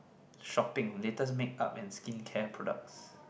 shopping latest makeup and skincare products